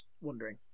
wondering